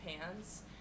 pants